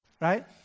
right